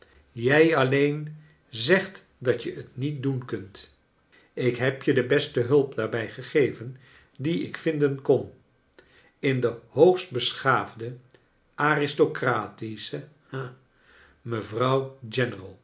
jij alleen zegt dat je t niet doen kunt ik heb je de beste hulp daarbrj gegeven die ik vinden kon in de hoogst beschaafde aristocratische ha mevrouw